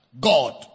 God